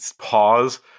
pause